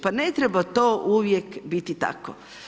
Pa ne treba to uvijek biti tako.